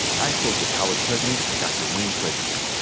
i spoke with howard's president, dr. wayne frederick.